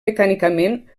mecànicament